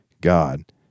God